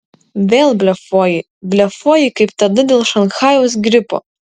vėl blefuoji blefuoji kaip tada dėl šanchajaus gripo